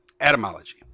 Etymology